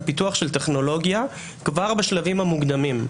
פיתוח של טכנולוגיה כבר בשלבים המקודמים,